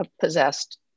possessed